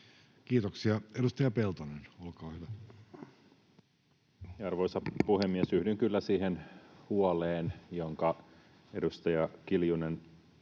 Kiitoksia. — Edustaja Peltonen, olkaa hyvä. Arvoisa puhemies! Yhdyn kyllä siihen huoleen, jonka edustaja Kiljunen